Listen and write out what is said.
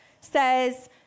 says